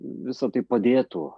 visa tai padėtų